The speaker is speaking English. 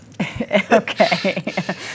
Okay